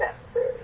necessary